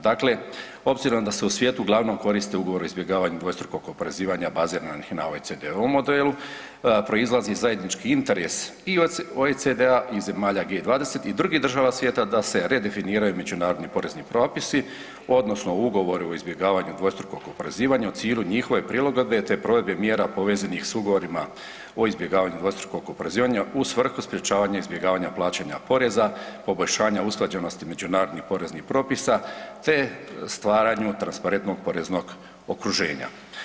Dakle, obzirom da se u svijetu glavnom koriste ugovori o izbjegavanju dvostrukog oporezivanja baziranih na ovaj OECD-ov model proizlazi zajednički interes i od OECD-a i zemalja G20 i drugih država svijeta da se redefiniraju međunarodni porezni propisi odnosno ugovori o izbjegavanju dvostrukog oporezivanja u cilju njihove prilagodbe te provedbe mjera povezanih s ugovorima o izbjegavanju dvostrukog oporezivanja u svrhu sprječavanja izbjegavanja plaćanja poreza, poboljšanja usklađenosti međunarodnih poreznih propisa te stvaranju transparentnog poreznog okruženja.